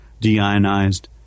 deionized